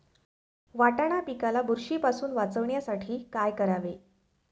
वाटाणा पिकाला बुरशीपासून वाचवण्यासाठी काय करावे?